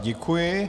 Děkuji.